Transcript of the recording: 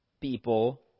People